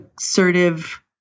assertive